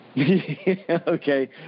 Okay